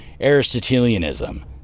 Aristotelianism